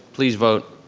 please vote.